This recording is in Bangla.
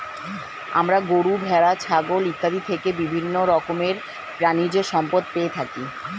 আমরা গরু, ভেড়া, ছাগল ইত্যাদি থেকে বিভিন্ন রকমের প্রাণীজ সম্পদ পেয়ে থাকি